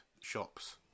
shops